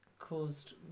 caused